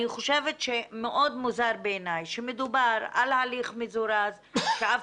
מאוד מוזר בעיניי שמדובר על הליך מזורז שאף